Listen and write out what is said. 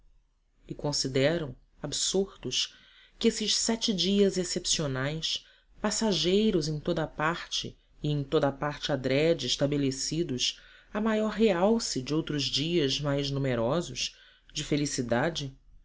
e consideram absortos que esses sete dias excepcionais passageiros em toda a parte e em toda a parte adrede estabelecidos a maior realce de outros dias mais numerosos de felicidade